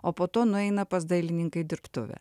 o po to nueina pas dailininką į dirbtuvę